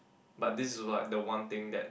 but this is also like the one thing that